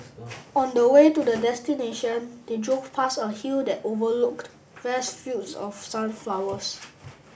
on the way to the destination they drove past a hill that overlooked vast fields of sunflowers